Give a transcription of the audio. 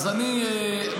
אז אני מציע,